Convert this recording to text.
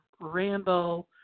Rambo